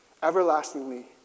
everlastingly